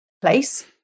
place